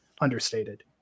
understated